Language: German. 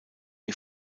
ihr